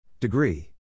Degree